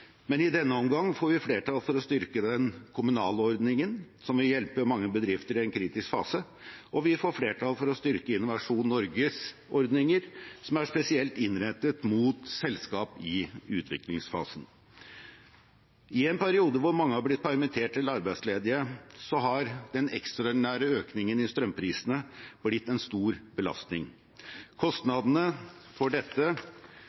men i denne omgang får vi flertall for å styrke den kommunale ordningen, som vil hjelpe mange bedrifter i en kritisk fase. Og vi får flertall for å styrke Innovasjon Norges ordninger, som er spesielt innrettet mot selskap i utviklingsfasen. I en periode da mange har blitt permittert eller arbeidsledige, har den ekstraordinære økningen i strømprisene blitt en stor belastning. Kostnadene for dette